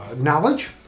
knowledge